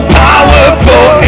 powerful